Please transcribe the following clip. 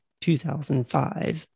2005